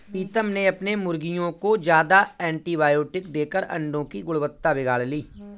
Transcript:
प्रीतम ने अपने मुर्गियों को ज्यादा एंटीबायोटिक देकर अंडो की गुणवत्ता बिगाड़ ली